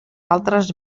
altres